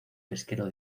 pesquero